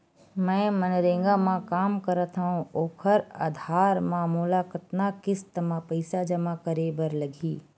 मैं मनरेगा म काम करथव, ओखर आधार म मोला कतना किस्त म पईसा जमा करे बर लगही?